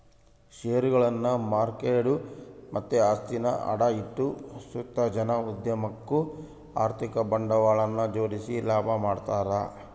ಷೇರುಗುಳ್ನ ಮಾರ್ಕೆಂಡು ಮತ್ತೆ ಆಸ್ತಿನ ಅಡ ಇಟ್ಟು ಸುತ ಜನ ಉದ್ಯಮುಕ್ಕ ಆರ್ಥಿಕ ಬಂಡವಾಳನ ಜೋಡಿಸಿ ಲಾಭ ಮಾಡ್ತದರ